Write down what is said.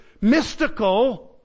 mystical